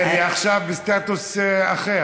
כן, היא עכשיו בסטטוס אחר.